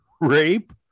rape